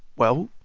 well,